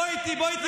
בוא איתי לרהט,